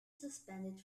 suspended